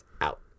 out